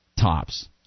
tops